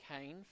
Cain